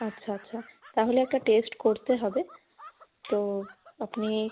আচ্ছা আচ্ছা তাহলে একটা টেস্ট করতে হবে তো আপনি